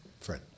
Fred